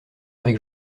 avec